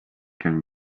can